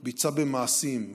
ביצעה במעשים,